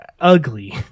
ugly